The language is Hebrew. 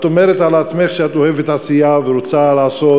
את אומרת על עצמך שאת אוהבת עשייה ורוצה לעשות.